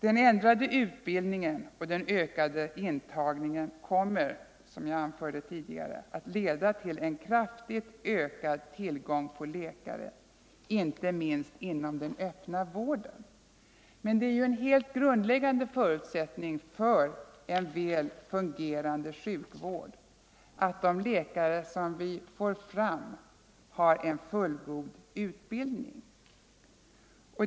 Den ändrade utbildningen och den ökade intagningen kommer, som jag anförde tidigare, att leda till en kraftigt ökad tillgång på läkare, inte minst inom den öppna vården. Men det är ju en helt grundläggande förutsättning för en väl fungerande sjukvård att de läkare som vi får fram har en fullgod utbildning.